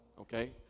okay